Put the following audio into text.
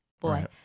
boy